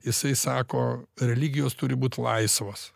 jisai sako religijos turi būti laisvos